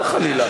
למה חלילה?